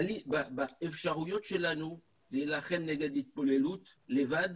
באפשרויות שלנו להילחם נגד התבוללות לבד